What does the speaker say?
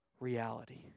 reality